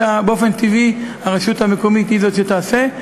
ובאופן טבעי הרשות המקומית היא שתעשה זאת.